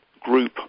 group